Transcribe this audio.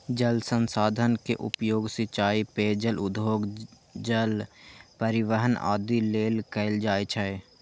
जल संसाधन के उपयोग सिंचाइ, पेयजल, उद्योग, जल परिवहन आदि लेल कैल जाइ छै